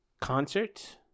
concert